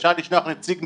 שאפשר לשלוח נציג מטעמי,